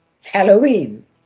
Halloween